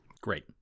Great